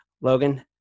Logan